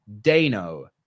Dano